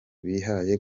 bihaye